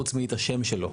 חוץ מאת השם שלו.